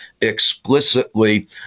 explicitly